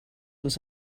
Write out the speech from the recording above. was